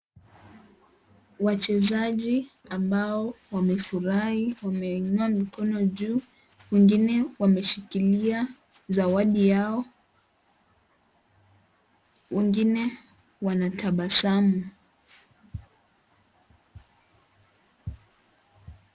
Wachezaji ambao wamefurahia, wameinua mikono juu. Wengine wameshikilia zawadi yao. Wengine wanatabasamu.